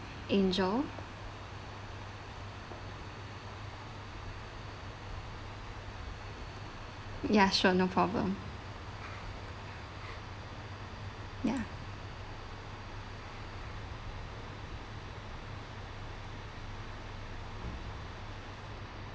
angel ya sure no problem ya